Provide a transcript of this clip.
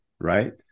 right